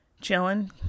chilling